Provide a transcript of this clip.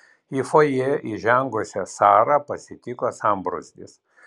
į fojė įžengusią sarą pasitiko sambrūzdis